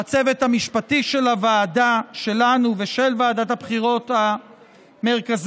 לצוות המשפטי של הוועדה שלנו ושל ועדת הבחירות המרכזית